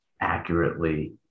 accurately